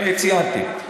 אני ציינתי.